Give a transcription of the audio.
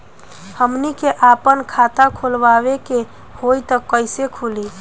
हमनी के आापन खाता खोलवावे के होइ त कइसे खुली